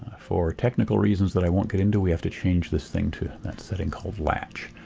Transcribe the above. for technical reasons that i won't get into we have to change this thing to that setting called latch.